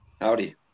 Howdy